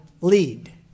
lead